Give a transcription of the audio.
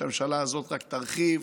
שהממשלה הזאת רק תרחיב,